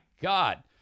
God